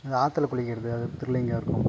எங்கள் ஆற்றுல குளிக்கிறது அது த்ரிலிங்காக இருக்கும்